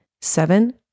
seven